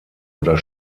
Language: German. oder